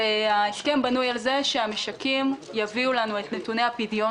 ההסכם בנוי על זה שהמשקים יביאו לנו את נתוני הפדיון